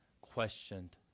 questioned